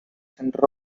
centre